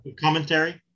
commentary